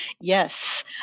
Yes